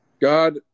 God